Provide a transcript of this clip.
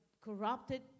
corrupted